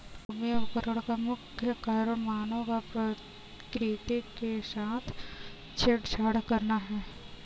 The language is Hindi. भूमि अवकरण का मुख्य कारण मानव का प्रकृति के साथ छेड़छाड़ करना है